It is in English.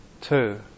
two